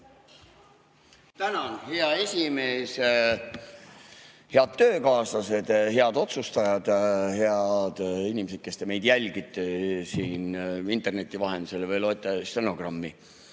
Tänan, hea esimees! Head töökaaslased, head otsustajad! Head inimesed, kes te meid jälgite interneti vahendusel või loete stenogrammi!